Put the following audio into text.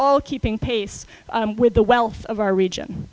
all keeping pace with the wealth of our region